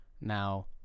now